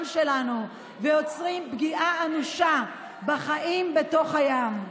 שלנו ויוצרות פגיעה אנושה בחיים בתוך הים.